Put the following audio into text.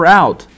out